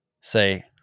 say